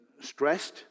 stressed